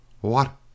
What